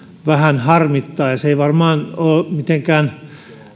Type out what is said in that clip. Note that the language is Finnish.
vähän harmittaa ja se ei varmaan ole mitenkään